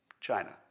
China